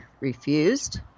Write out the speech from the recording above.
refused